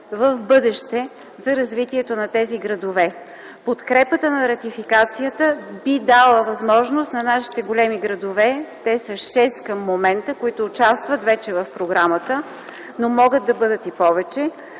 в бъдеще за развитието на тези градове. Подкрепата на ратификацията би дала възможност на нашите големи градове – те са шест към момента, които вече участват в програмата, но могат да бъдат и повече,